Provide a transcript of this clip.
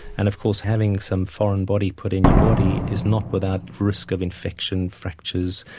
and of course having some foreign body put in your body is not without risk of infection, fractures,